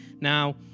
Now